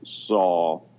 saw